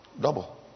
Double